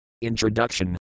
Introduction